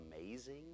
amazing